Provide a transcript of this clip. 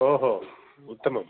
ओहो उत्तमम्